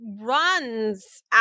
runs